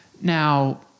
Now